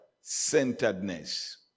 centeredness